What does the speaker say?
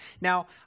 Now